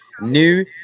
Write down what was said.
New